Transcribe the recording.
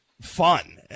fun